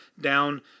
down